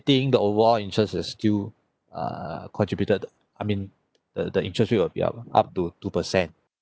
think the overall interest is still err contributed I mean uh the interest rate will be up up to two per cent